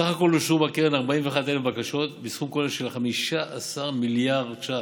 בסך הכול אושרו בקרן כ-41,000 בקשות בסכום של כ-15 מיליארד ש"ח,